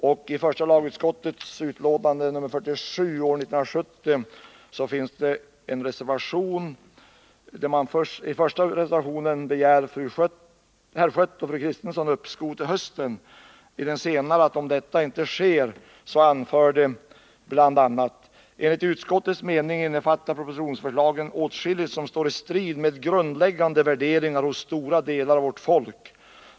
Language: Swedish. Till första lagutskottets utlåtande 1970:47, som behandlade förslaget till tryckfrihetsförordning, fanns det sex reservationer. I den första reservationen begärde herr Schött och fru Kristensson uppskov till hösten med behandlingen av propositionsförslaget. I reservation nr 2 anförde herr Schött och fru Kristensson att utskottet bl.a. borde ha uttalat: ”Enligt utskottets mening innefattar propositionsförslagen åtskilligt som står i strid med grundläggande värderingar hos stora delar av vårt folk.